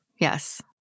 yes